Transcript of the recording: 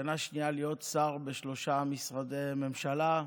בשנה השנייה להיות שר בשלושה משרדי ממשלה,